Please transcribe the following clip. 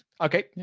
Okay